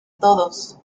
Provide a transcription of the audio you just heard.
todos